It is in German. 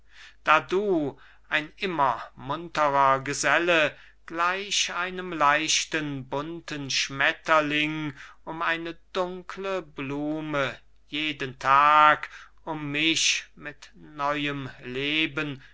da du ein immer munterer geselle gleich einem leichten bunten schmetterling um eine dunkle blume jeden tag um mich mit neuem leben